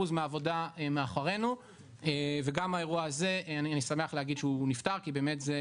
מהעבודה מאחורינו וגם האירוע הזה אני שמח להגיד שהוא נפתר כי באמת זה